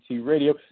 radio